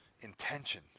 intention